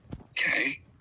Okay